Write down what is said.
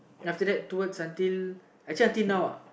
then after that towards until actually until now uh